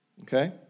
Okay